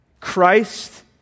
Christ